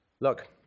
look